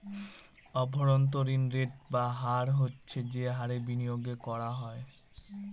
অভ্যন্তরীন রেট বা হার হচ্ছে যে হারে বিনিয়োগ করা হয়